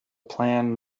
plan